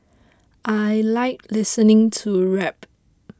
I like listening to rap